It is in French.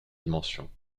dimensions